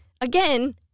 Again